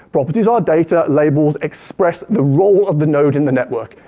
properties are data, labels express the role of the node in the network.